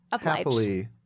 happily